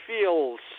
feels